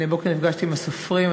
הבוקר נפגשתי עם הסופרים,